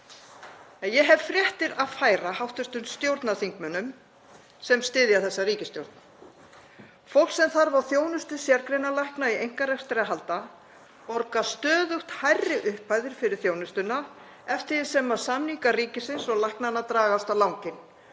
ég hef fréttir að færa hv. stjórnarþingmönnum sem styðja þessa ríkisstjórn: Fólk sem þarf á þjónustu sérgreinalækna í einkarekstri að halda borgar stöðugt hærri upphæðir fyrir þjónustuna eftir því sem samningar ríkisins og læknanna dragast á langinn